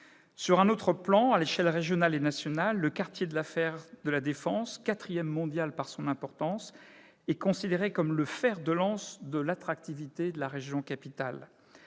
Sur un autre plan, à l'échelle régionale et nationale, le quartier d'affaires de La Défense, au quatrième rang mondial par son importance, est considéré comme le « fer de lance de l'attractivité de la région-capitale